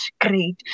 great